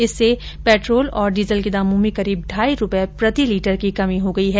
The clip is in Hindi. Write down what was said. इससे पेट्रोल डीजल के दामों में करीब ढाई रूपये प्रति लीटर की कमी हो गई है